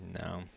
No